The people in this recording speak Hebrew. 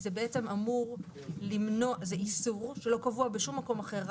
זה איסור שלא קבוע בשום מקום אחר.